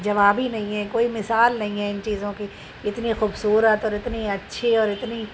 جواب ہی نہیں ہے کوئی مثال نہیں ہے ان چیزوں کی اتنی خوبصورت اور اتنی اچھی اور اتنی